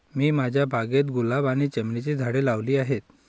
मी माझ्या बागेत गुलाब आणि चमेलीची झाडे लावली आहे